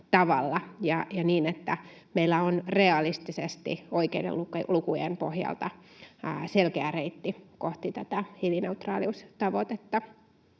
ja niin, että meillä on realistisesti oikeiden lukujen pohjalta selkeä reitti kohti tätä hiilineutraaliustavoitetta.